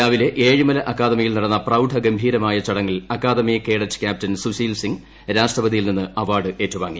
രാവിലെ ഏഴിമല അക്കാദമിയിൽ നടന്ന പ്രൌഡ ഗംഭീരമായ ചടങ്ങിൽ academy cadet captain Sushil Singh രാഷ്ട്രപതിയിൽ നിന്ന് അവാർഡ് ഏറ്റുവാങ്ങി